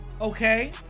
okay